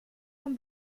von